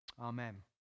Amen